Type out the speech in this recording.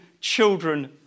children